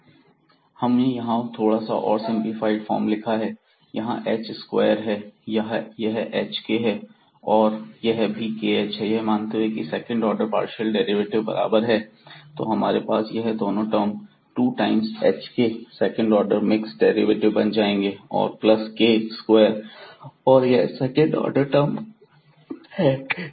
यहां हमने इसे थोड़ा और सिंपलीफाइड फॉर्म में लिखा है यहां h स्क्वायर है यह hk है यह भी kh है यह मानते हुए की सेकंड ऑर्डर पार्शियल डेरिवेटिव बराबर हैं तो हमारे पास यह दोनों term two times hk second order mixed derivative बन जाएंगे और प्लस k स्क्वायर और यह सेकंड ऑर्डर टर्म है